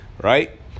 right